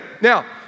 now